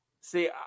See